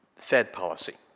fed policy,